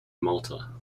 malta